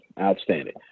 outstanding